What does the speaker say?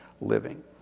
living